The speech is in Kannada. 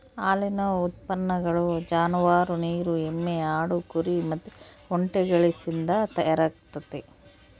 ಹಾಲಿನ ಉತ್ಪನ್ನಗಳು ಜಾನುವಾರು, ನೀರು ಎಮ್ಮೆ, ಆಡು, ಕುರಿ ಮತ್ತೆ ಒಂಟೆಗಳಿಸಿಂದ ತಯಾರಾಗ್ತತೆ